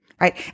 right